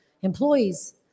employees